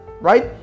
right